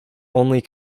only